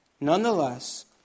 Nonetheless